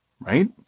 Right